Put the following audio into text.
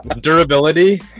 durability